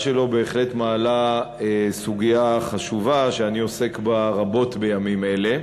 שלו בהחלט מעלה סוגיה חשובה שאני עוסק בה רבות בימים אלה.